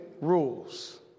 rules